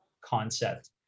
concept